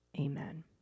amen